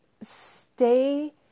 stay